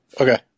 Okay